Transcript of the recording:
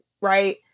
right